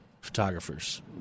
photographers